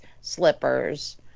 slippers